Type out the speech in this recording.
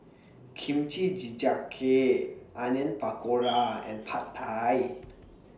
Kimchi Jjigae Onion Pakora and Pad Thai